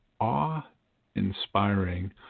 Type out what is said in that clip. awe-inspiring